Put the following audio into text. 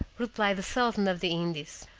replied the sultan of the indies,